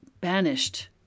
banished